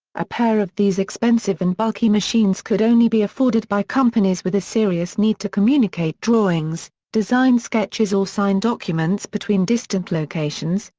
a pair of these expensive and bulky machines could only be afforded by companies with a serious need to communicate drawings, design sketches or signed documents between distant locations,